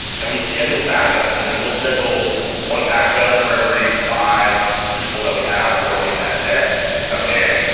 and we schedule backups. i mean we'll schedule one backup for every five people that we have working that day to come in, so